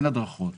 אין הדרכות בשבת.